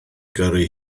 gyrru